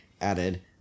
added